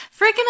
freaking